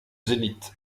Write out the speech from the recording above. zénith